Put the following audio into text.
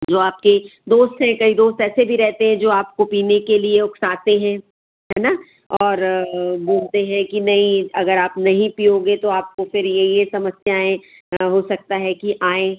जो आपके दोस्त है कई दोस्त ऐसे भी रहते हैं जो आपको पीने के लिए उकसाते हैं है ना और बोलते हैं कि नहीं अगर आप नहीं पीयोगे तो आपको फिर ये ये समस्याएँ हो सकती हैं कि आएँ